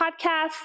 podcast